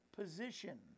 position